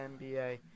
NBA